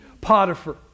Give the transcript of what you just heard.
Potiphar